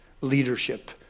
leadership